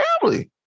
family